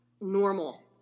normal